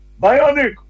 Bionic